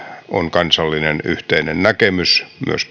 kansallinen yhteinen näkemys myös